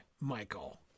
Michael